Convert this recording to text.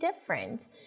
different